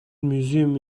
museum